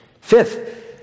Fifth